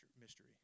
mystery